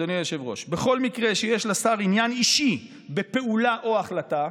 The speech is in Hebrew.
אדוני היושב-ראש: "בכל מקרה שיש לשר עניין אישי בפעולה או בהחלטה"